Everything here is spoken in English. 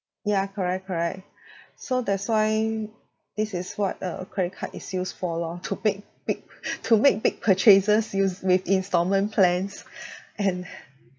ya correct correct so that's why this is what a credit card is used for lor to make big to make big purchases use with instalment plans and